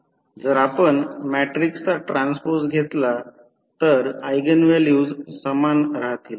जर आपण मॅट्रिक्सचा ट्रान्सपोज घेतला तर ऎगेन व्हॅल्यू समान राहतील